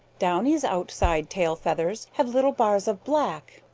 downy's outside tail feathers have little bars of black.